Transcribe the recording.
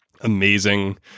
amazing